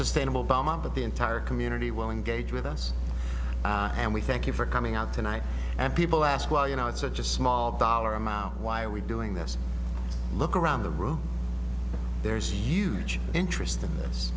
sustainable bamma but the entire community will engage with us and we thank you for coming out tonight and people ask why you know it's such a small dollar amount why are we doing this look around the room there's huge interest in this